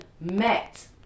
met